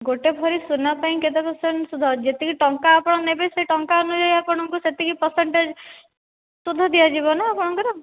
ଗୋଟେ ଭରି ସୁନା ପାଇଁ କେତେ ପର୍ସେଣ୍ଟ୍ ସୁଧ ଯେତିକି ଟଙ୍କା ଆପଣ ନେବେ ସେ ଟଙ୍କା ଅନୁଯାୟୀ ଆପଣଙ୍କୁ ସେତିକି ପାର୍ସେଣ୍ଟଟେଜ ସୁଧ ଦିଆଯିବ ନା ଆପଣଙ୍କର